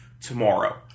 tomorrow